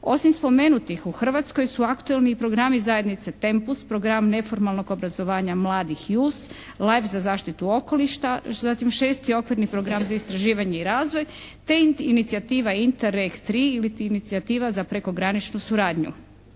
Osim spomenutih u Hrvatskoj su aktualni i programu zajednice TEMPUS, program neformalnog obrazovanja mladih IUS, LIFE za zaštitu okoliša, zatim 6. okvirni program za istraživanja i razvoj te inicijativa INTERACT 3 iliti Inicijativa za prekograničnu suradnju.